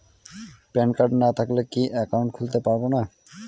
Pan card না থাকলে কি একাউন্ট খুলতে পারবো না?